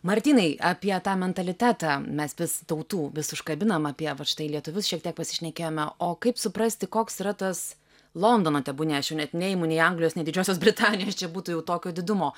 martynai apie tą mentalitetą mes vis tautų vis užkabinam apie vat štai lietuvius šiek tiek pasišnekėjome o kaip suprasti koks yra tas londono tebūnie aš jau net neimu nei anglijos nei didžiosios britanijos čia būtų jau tokio didumo